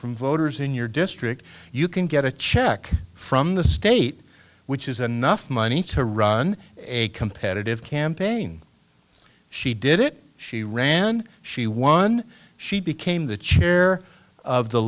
from voters in your district you can get a check from the state which is anough money to run a competitive campaign she did it she ran she won she became the chair of the